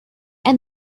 and